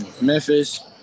Memphis